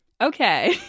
Okay